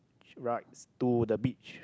right to the beach